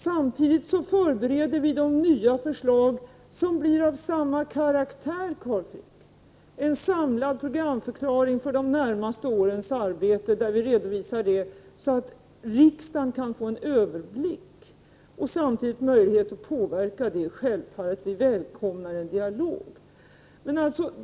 Samtidigt förbereder vi de nya förslag som blir av samma karaktär, Carl Frick: en samlad programförklaring för de närmaste årens arbete, så att riksdagen kan få en överblick och samtidigt självfallet en möjlighet att påverka det. Vi välkomnar en dialog.